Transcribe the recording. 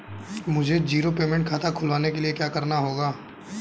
मुझे zero payment खाता खुलवाने के लिए क्या करना होगा?